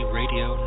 radio